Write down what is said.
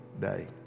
day